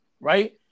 right